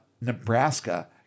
Nebraska